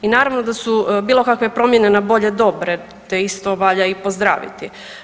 I naravno da su bilo kakve promjene na bolje dobre, te isto valja ih pozdraviti.